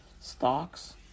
stocks